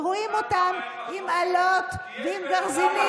ורואים אותם עם אלות וגרזינים.